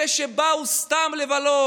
אלה שבאו סתם לבלות.